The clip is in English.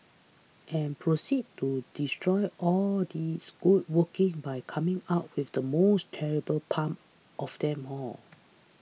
and proceeded to destroy all its good working by coming up with the most terrible pun of them all